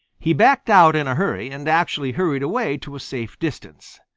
he backed out in a hurry and actually hurried away to a safe distance.